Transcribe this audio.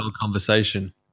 conversation